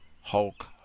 hulk